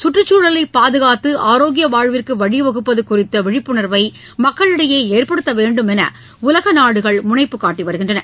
கற்றுச்சூழலை பாதுகாத்து ஆராக்கிய வாழ்விற்கு வழி வகுப்பது குறித்த விழிப்புணர்வை மக்களிடையே ஏற்படுத்த வேண்டும் என்று உலக நாடுகள் முனைப்புக் காட்டி வருகிறது